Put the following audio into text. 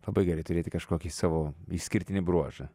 labai gerai turėti kažkokį savo išskirtinį bruožą